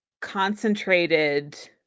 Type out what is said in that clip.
concentrated